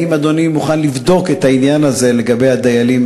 האם אדוני מוכן לבדוק את העניין הזה, לגבי הדיילים